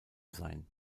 sein